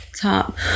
top